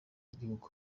igihugu